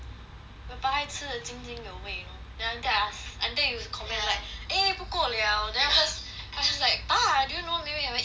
papa 还吃得津津有味 you know then after that I ask until you comment like eh 不够 liao than afterwards I just like pa do you know mei mei haven't eat yet or not